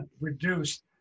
reduced